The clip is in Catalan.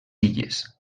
illes